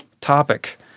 topic